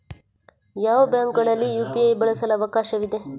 ಯಾವ ಬ್ಯಾಂಕುಗಳಲ್ಲಿ ಯು.ಪಿ.ಐ ಬಳಸಲು ಅವಕಾಶವಿದೆ?